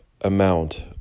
amount